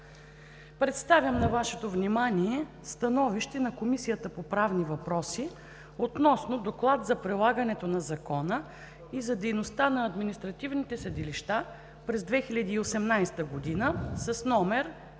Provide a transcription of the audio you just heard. Представям на Вашето внимание: „СТАНОВИЩЕ на Комисията по правни въпроси относно Доклад за прилагането на Закона и за дейността на административните съдилища през 2018 г., №